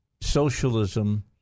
socialism